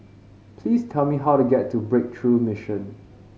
please tell me how to get to Breakthrough Mission